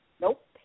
Nope